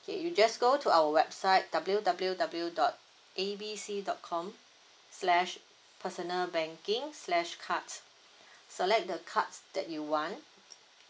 okay you just go to our website W W W dot A B C dot com slash personal banking slash cards select the cards that you want